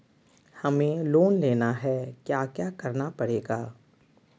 हमें लोन लेना है क्या क्या करना पड़ेगा?